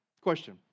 Question